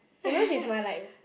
you know she's my like